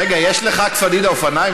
רגע, יש לחברת הכנסת פדידה אופניים?